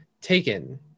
taken